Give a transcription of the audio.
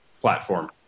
platform